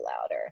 louder